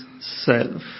self